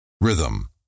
Rhythm